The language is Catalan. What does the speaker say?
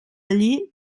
allí